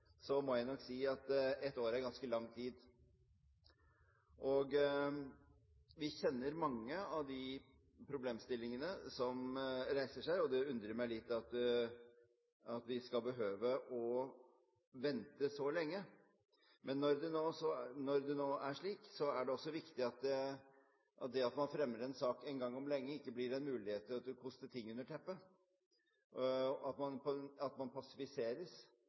så lenge. Men når det nå er slik, er det viktig at det at man fremmer en sak om lang tid, ikke blir en mulighet til å koste ting under teppet og la seg passivisere av å skulle vente på en